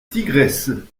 tigresse